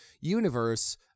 universe